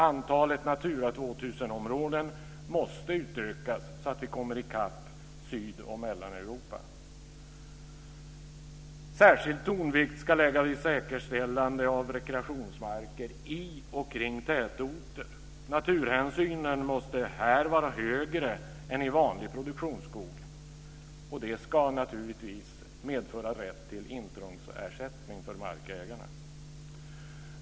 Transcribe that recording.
Antalet Natura 2000-områden måste utökas, så att vi kommer i kapp Syd och Mellaneuropa. Särskild tonvikt ska läggas vid säkerställande av rekreationsmarker i och kring tätorter. Naturhänsynen måste här vara högre än i vanlig produktionsskog, och det ska naturligtvis medföra rätt till intrångsersättning för markägarna.